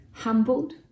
humbled